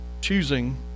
choosing